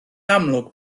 amlwg